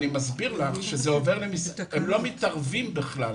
הם לא מתערבבים בכלל.